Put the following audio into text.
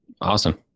Awesome